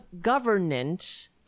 governance